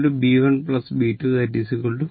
22 b b 1 b 2 0